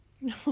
No